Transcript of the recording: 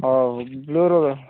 ହଉ ବ୍ଲୁ'ର